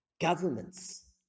governments